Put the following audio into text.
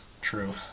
True